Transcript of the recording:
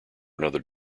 another